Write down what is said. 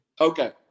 Okay